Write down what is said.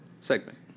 segment